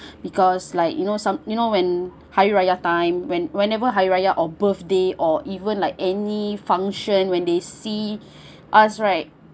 because like you know some~ you know when hari raya time when whenever hari raya or birthday or even like any function when they see us right